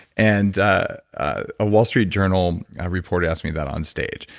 and ah ah a wall street journal reporter asked me that on stage.